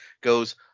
goes